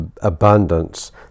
abundance